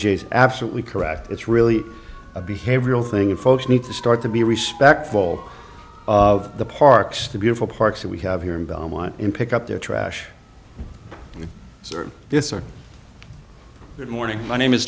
is absolutely correct it's really a behavioral thing folks need to start to be respectful of the parks the beautiful parks that we have here in belmont in pick up their trash this are good morning my name is